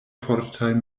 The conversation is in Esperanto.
fortaj